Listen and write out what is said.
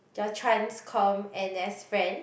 your transcomm N_S friend